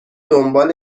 دنبال